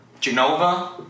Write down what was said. Genova